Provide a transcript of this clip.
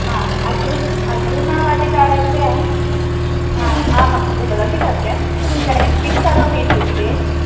हा अग्रिमम् अग्रिमावधि आरभ्य हा आम् अग्रे तदपि सत्यम् इदानीं किं करोमि इत्युक्ते